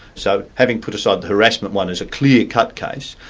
so having put aside the harassment one as a clear-cut case,